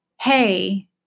Hey